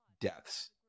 deaths